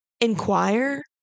Inquire